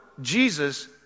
Jesus